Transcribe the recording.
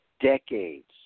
decades